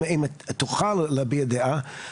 אם תוכל להביע דעה,